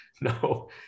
no